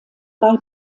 bei